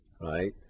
right